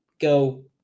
go